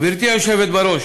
גברתי היושבת בראש,